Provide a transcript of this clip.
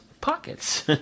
Pockets